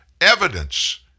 evidence